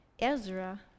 Ezra